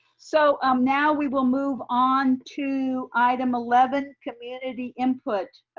so um now we will move on to item eleven, community input.